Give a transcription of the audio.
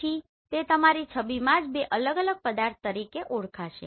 પછી તે તમારી છબીમાં જ બે અલગ અલગ પદાર્થો તરીકે ઓળખાશે